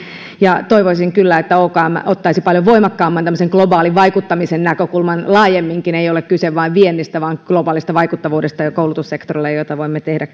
ja toivoisin kyllä että okm ottaisi paljon voimakkaamman tämmöisen globaalin vaikuttamisen näkökulman laajemminkin ei ole kyse vain viennistä vaan globaalista vaikuttavuudesta koulutussektorilla jota voimme tehdä